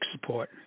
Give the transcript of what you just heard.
support